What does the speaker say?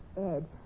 Ed